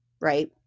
right